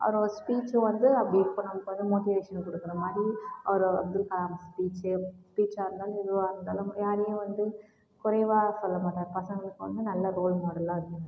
அவரோட ஸ்பீச்சும் வந்து அப்படி இப்போ நான் இப்போ வந்து மோட்டிவேஷன் கொடுக்கறமாரி அவரோட அப்துல்கலாம் ஸ்பீச்சு ஸ்பீச்சாக இருந்தாலும் எதுவாக இருந்தாலும் யாரையும் வந்து குறைவாக சொல்லமாட்டார் பசங்களுக்கு வந்து நல்ல ரோல் மாடலாக இருந்தாங்க